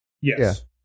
Yes